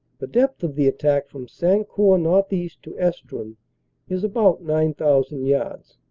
the depth of the attack from sancourt northeast to estrun is about nine thousand yards.